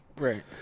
Right